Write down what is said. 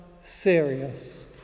serious